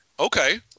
Okay